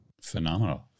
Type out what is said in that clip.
Phenomenal